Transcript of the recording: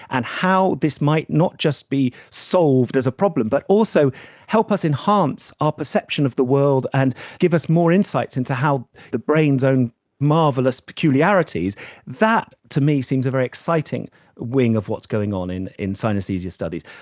and how this might not just be solved as a problem, but also help us enhance our perception of the world and give us more insights into how the brain's own marvellous peculiarities that to me seems a very exciting wing of what's going on in in synaesthesia studies.